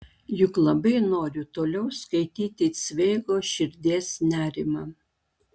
juk labai noriu toliau skaityti cveigo širdies nerimą